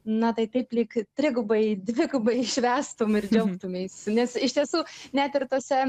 na tai taip lyg trigubai dvigubai švęstum ir džiaugtumeisi nes iš tiesų net ir tose